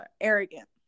arrogant